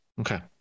Okay